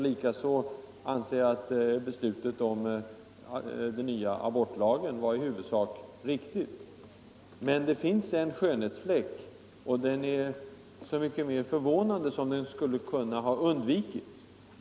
Likaså anser jag att beslutet om den nya abortlagen var riktigt. Men det finns en skönhetsfläck, och den är så mycket mer förvånande som den kunde ha undvikits.